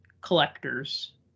collectors